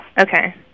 Okay